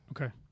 Okay